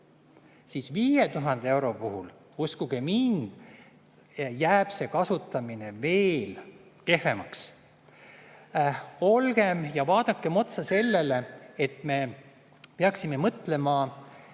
siis 5000 euro puhul, uskuge mind, jääb see kasutamine veel kehvemaks. Vaadakem otsa sellele, et me peaksime mõtlema,